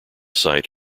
site